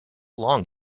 long